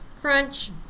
Crunch